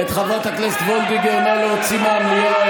את חברת הכנסת וולדיגר נא להוציא מהמליאה.